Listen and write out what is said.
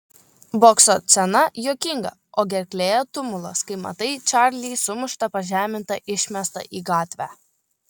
bokso scena juokinga o gerklėje tumulas kai matai čarlį sumuštą pažemintą išmestą į gatvę